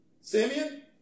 Simeon